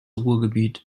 ruhrgebiet